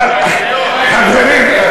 אבל, חברים,